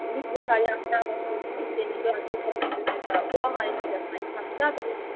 निक बुझै यऽ हमरा वास्ते तखन जे छै ओ अहाँ अपना इच्छासँ दऽ देबय